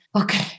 okay